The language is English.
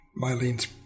Mylene's